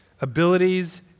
Abilities